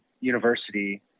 university